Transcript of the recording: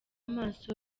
maso